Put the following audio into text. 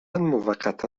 موقتا